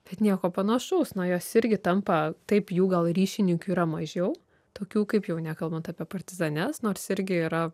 bet nieko panašaus nu jos irgi tampa taip jų gal ryšininkių yra mažiau tokių kaip jau nekalbant apie partizanes nors irgi yra